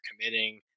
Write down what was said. committing